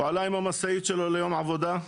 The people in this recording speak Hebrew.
עלה עם המשאית שלו ליום עבודה,